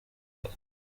rwe